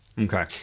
Okay